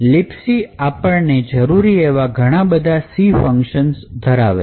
libc આપણે જરૂરી એવી ઘણા બધા c ફંકશન ધરાવે છે